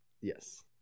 yes